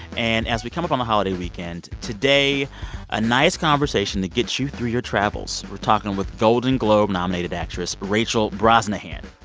and as we come up on the holiday weekend, today a nice conversation that gets you through your travels. we're talking with golden globe-nominated actress rachel brosnahan.